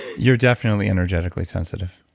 you're definitely energetically sensitive.